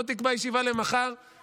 שמחה, מה?